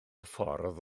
ffordd